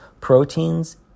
proteins